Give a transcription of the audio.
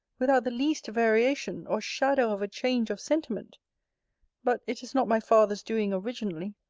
without the least variation, or shadow of a change of sentiment but it is not my father's doing originally.